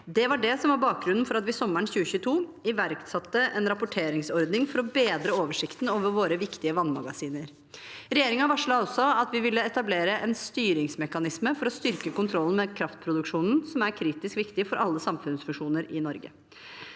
Det var det som var bakgrunnen for at vi sommeren 2022 iverksatte en rapporteringsordning for å bedre oversikten over våre viktige vannmagasiner. Regjeringen varslet også at vi ville etablere en styringsmekanisme for å styrke kontrollen med kraftproduksjonen, som er kritisk viktig for alle samfunnsfunksjoner i Norge.